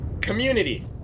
Community